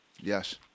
Yes